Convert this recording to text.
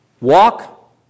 Walk